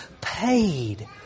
paid